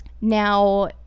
now